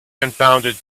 confounded